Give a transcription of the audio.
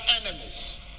enemies